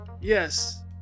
Yes